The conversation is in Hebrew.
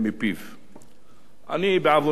אני, בעוונותי, לפעמים כותב מאמרים.